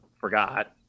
forgot